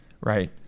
right